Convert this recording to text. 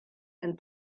and